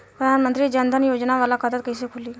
प्रधान मंत्री जन धन योजना वाला खाता कईसे खुली?